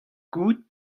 gouzout